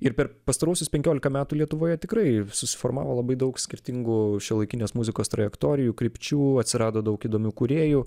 ir per pastaruosius penkiolika metų lietuvoje tikrai susiformavo labai daug skirtingų šiuolaikinės muzikos trajektorijų krypčių atsirado daug įdomių kūrėjų